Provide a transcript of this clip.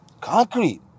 Concrete